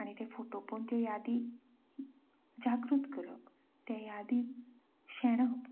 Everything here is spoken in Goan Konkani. आनी ते फोटो पळोन त्यो यादी जागृत करप ते यादींत शेणप